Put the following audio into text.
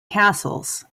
castles